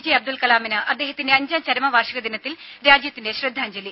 J Abdul കലാമിന് അദ്ദേഹത്തിന്റെ അഞ്ചാം ചരമ വാർഷിക ദിനത്തിൽ രാജ്യത്തിന്റെ ശ്രദ്ധാഞ്ജലി